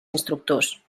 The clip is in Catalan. instructors